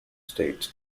states